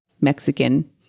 Mexican